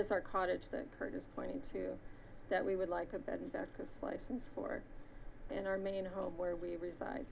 is our cottage that part is pointing to that we would like a bed and baskets license for in our main home where we reside